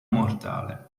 mortale